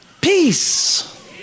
Peace